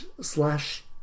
slash